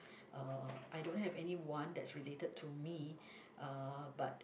uh I don't have anyone that's related to me uh but